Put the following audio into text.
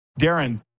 Darren